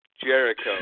Jericho